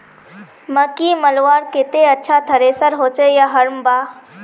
मकई मलवार केते अच्छा थरेसर होचे या हरम्बा?